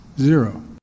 zero